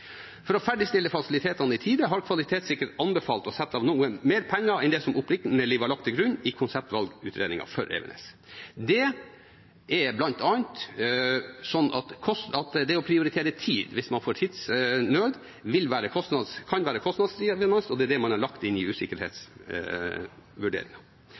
For å ferdigstille fasilitetene i tide har kvalitetssikrer anbefalt å sette av noe mer penger enn det som opprinnelig var lagt til grunn i konseptvalgutredningen for Evenes. Det er bl.a. sånn at å prioritere tid hvis man får tidsnød, kan være kostnadsdrivende, og det er det man har lagt inn i